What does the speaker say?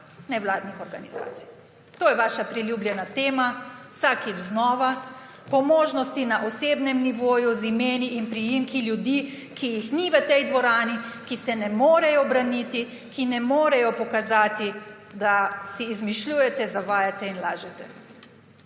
Nevladnih organizacij. To je vaša priljubljena tema vsakič znova, po možnosti na osebnem nivoju z imeni in priimki ljudi, ki jih ni v tej dvorani, ki se ne morejo braniti, ki ne morejo pokazati, da si izmišljujete, zavajate in lažete.